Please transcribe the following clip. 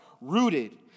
Rooted